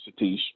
Satish